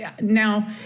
now